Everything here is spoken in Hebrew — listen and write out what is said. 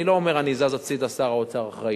אני לא אומר: אני זז הצדה, שר האוצר אחראי.